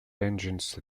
engines